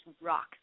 rock